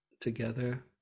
together